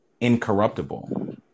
incorruptible